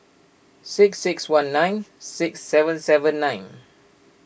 six six one nine six seven seven nine